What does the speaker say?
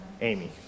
Amy